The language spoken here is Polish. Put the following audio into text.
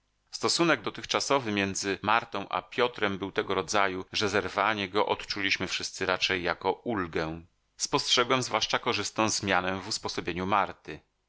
stosunek dotychczasowy między martą a piotrem był tego rodzaju że zerwanie go odczuliśmy wszyscy raczej jako ulgę spostrzegłem zwłaszcza korzystną zmianę w usposobieniu marty